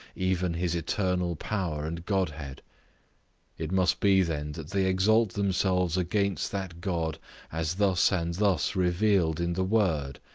even his eternal power and godhead it must be then that they exalt themselves against that god as thus and thus revealed in the word,